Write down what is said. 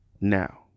Now